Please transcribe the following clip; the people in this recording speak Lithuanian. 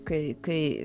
kai kai